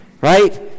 Right